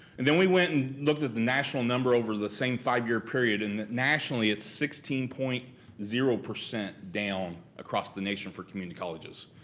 and then we went and looked at the national number over the same five-year period and nationally it's sixteen point zero down across the nation for community colleges.